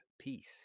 peace